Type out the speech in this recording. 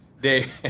Dave